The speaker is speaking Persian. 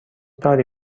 داری